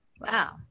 wow